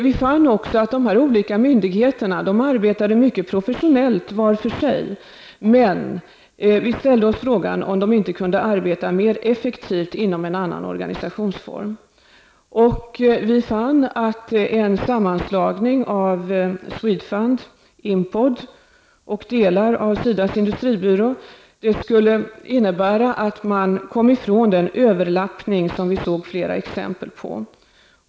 Vi fann också att de olika myndigheterna arbetade mycket professionellt var för sig. Men vi ställde oss frågan om de inte kunde arbeta mer effektivt inom en annan organisationsform. Vi fann att en sammanslagning av SWEDFUND, IMPOD och delar av SIDAs industribyrå skulle innebära att man kom ifrån den överlappning som vi såg flera exempel på.